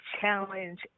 challenge